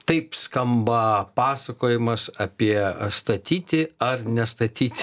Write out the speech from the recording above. taip skamba pasakojimas apie ar statyti ar nestatyti